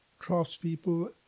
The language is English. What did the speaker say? craftspeople